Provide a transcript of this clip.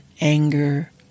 anger